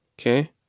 Okay